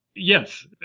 Yes